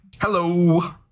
Hello